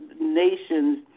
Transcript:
nations